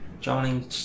Johnny